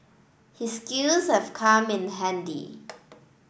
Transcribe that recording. his skills have come in handy